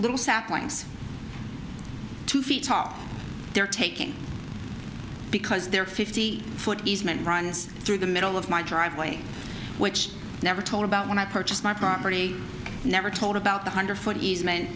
saplings two feet tall they're taking because they're fifty foot easement runs through the middle of my driveway which never told about when i purchased my property never told about the hundred foot easement